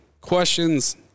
questions